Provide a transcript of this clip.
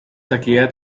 erklärt